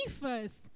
first